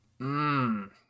Mmm